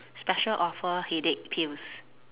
special offer headache pills